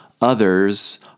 others